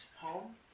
home